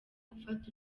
gufata